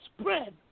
spread